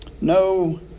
No